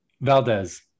Valdez